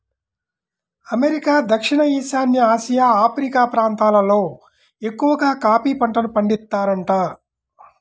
America, దక్షిణ ఈశాన్య Asia, Africa ప్రాంతాలల్లో ఎక్కవగా కాఫీ పంటను పండిత్తారంట